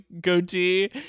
goatee